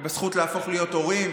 והזכות להפוך להיות הורים,